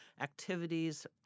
activities